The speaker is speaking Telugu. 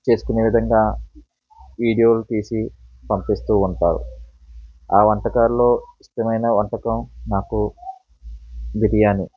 చేసుకునే విధంగా వీడియోలు తీసి పంపిస్తూ ఉంటారు ఆ వంటకాల్లో ఇష్టమైన వంటకం నాకు బిర్యానీ